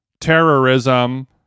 terrorism